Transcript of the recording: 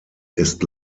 ist